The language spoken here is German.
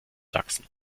sachsen